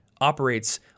operates